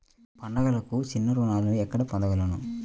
పండుగలకు చిన్న రుణాలు ఎక్కడ పొందగలను?